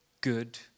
good